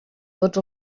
tots